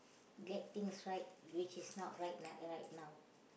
get things right which is not right right now